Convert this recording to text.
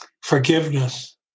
Forgiveness